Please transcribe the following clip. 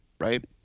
right